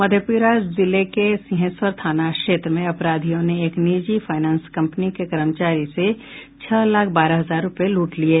मधेपुरा जिले के सिंहेश्वर थाना क्षेत्र में अपराधियों ने एक निजी फाइनेंस कंपनी के कर्मचारी से छह लाख बारह हजार रुपये लूट लिये